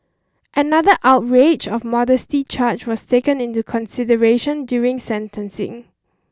another outrage of modesty charge was taken into consideration during sentencing